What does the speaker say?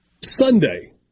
Sunday